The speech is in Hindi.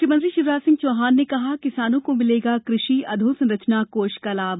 मुख्यमंत्री शिवराज सिंह चौहान ने कहा किसानों को मिलेगा कृषि अधोसरंचना कोष का लाभ